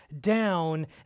down